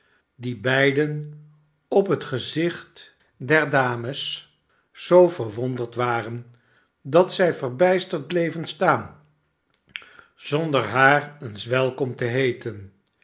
die beiden op het gezicht der dames zoo verwonderd waren dat zij verbijsterd bleven staan zonder haar eens welkom te heeten